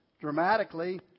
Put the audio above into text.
dramatically